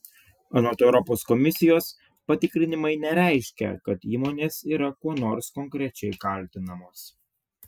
anot europos komisijos patikrinimai nereiškia kad įmonės yra kuo nors konkrečiai kaltinamos